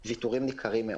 מעבר.